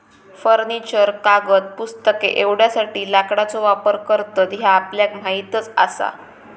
furniture, कागद, पुस्तके एवढ्यासाठी लाकडाचो वापर करतत ह्या आपल्याक माहीतच आसा